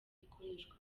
ikoreshwa